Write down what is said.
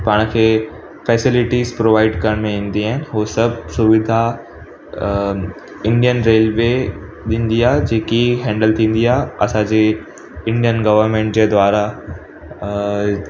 पाण खे facilities provide करण में ईंदी आहिनि उहो सभु सुविधा अ इंडियन रेलवे ॾींदी आहे जेकी हैंडल थींदी आहे असांजे इंडियन गवर्नमेंट जे द्वारा अ